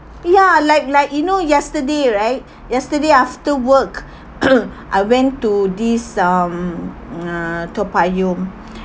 ya like like you know yesterday right yesterday after work I went to this um uh toa payoh